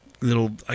little